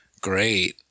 great